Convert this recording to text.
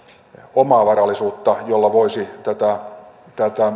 omaa varallisuutta jolla voisi tätä